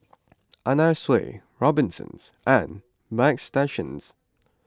Anna Sui Robinsons and Bagstationz